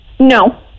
No